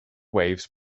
waves